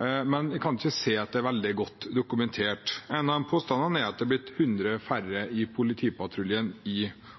men jeg kan ikke se at de er veldig godt dokumentert. En av påstandene er at det er blitt 100 færre i politipatruljen i